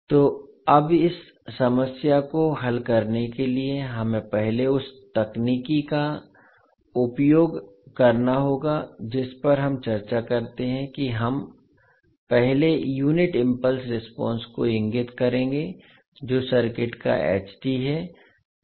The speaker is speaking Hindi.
तो अब इस समस्या को हल करने के लिए हमें पहले उस तकनीक का उपयोग करना होगा जिस पर हम चर्चा करते हैं कि हम पहले यूनिट इम्पल्स रेस्पोंस को इंगित करेंगे जो सर्किट का है